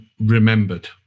remembered